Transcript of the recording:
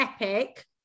epic